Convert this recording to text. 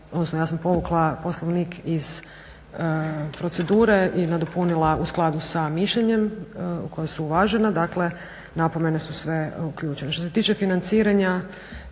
ja sam povukla poslovnik iz procedure i nadopunila u skladu sa mišljenjem koja su uvažena. Dakle napomene su sve uključenje. Što se tiče financiranja